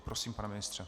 Prosím, pane ministře.